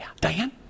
Diane